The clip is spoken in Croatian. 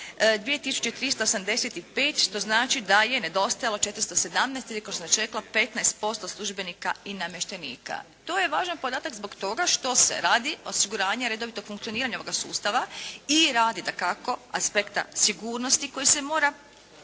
285 što znači da je nedostajalo 417 ili kao što sam već rekla 15% službenika i namještenika. To je važan podatak zbog toga što se radi o osiguranju redovitog funkcioniranja ovoga sustava i radi dakako aspekta sigurnosti koji se mora